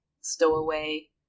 stowaway